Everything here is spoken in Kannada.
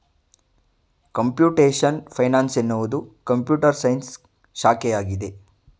ಕಂಪ್ಯೂಟೇಶನ್ ಫೈನಾನ್ಸ್ ಎನ್ನುವುದು ಕಂಪ್ಯೂಟರ್ ಸೈನ್ಸ್ ಶಾಖೆಯಾಗಿದೆ